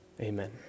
Amen